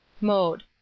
Mode